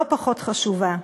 לא פחות חשובה.